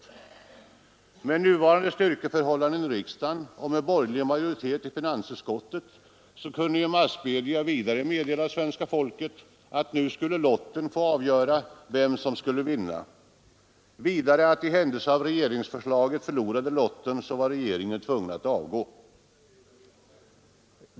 Med nuvarande styrkeförhållanden i riksdagen och med borgerlig majoritet i finansutskottet kunde massmedia vidare meddela svenska folket att nu skulle lotten få avgöra vem som skulle vinna och vidare att i händelse regeringsförslaget förlorade i lottningen var regeringen tvungen att avgå.